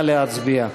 נא להצביע.